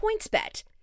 PointsBet